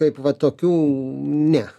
kaip va tokių ne